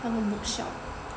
他们 bookshelf